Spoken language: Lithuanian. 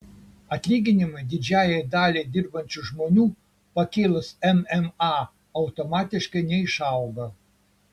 atlyginimai didžiajai daliai dirbančių žmonių pakėlus mma automatiškai neišauga